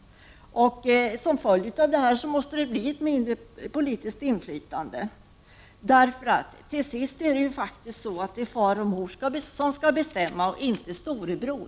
Som följd därav måste det bli ett mindre politiskt inflytande. Till sist är det ju faktiskt far och mor som skall bestämma, inte storebror.